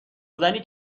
زنی